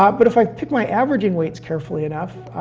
um but if i pick my averaging weights carefully enough,